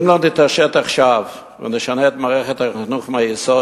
אם לא נתעשת עכשיו ונשנה את מערכת החינוך מהיסוד,